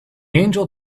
angel